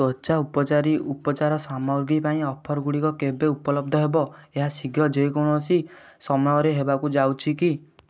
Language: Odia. ତ୍ଵଚା ଉପଚାରୀ ଉପଚାର ସାମଗ୍ରୀ ପାଇଁ ଅଫରଗୁଡ଼ିକ କେବେ ଉପଲବ୍ଧ ହେବ ଏହା ଶୀଘ୍ର ଯେକୌଣସି ସମୟରେ ହେବାକୁ ଯାଉଛି କି